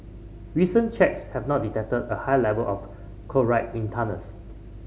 recent checks have not detected a high level of chloride in tunnels